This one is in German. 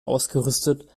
ausgerüstet